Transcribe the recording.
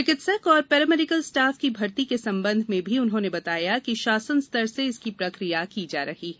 चिकित्सक और paramedical staff की भर्ती के संबंध में भी उन्होंने बताया कि शासन स्तर से इसकी प्रक्रिया की जा रही है